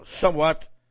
somewhat